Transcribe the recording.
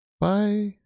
Bye